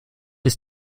ist